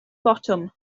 botwm